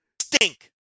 stink